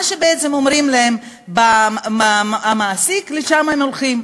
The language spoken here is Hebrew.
מה שאומר להם המעסיק, לשם הם הולכים.